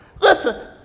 Listen